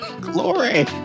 Glory